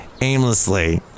aimlessly